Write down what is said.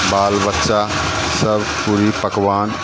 बाल बच्चासभ पूड़ी पकवान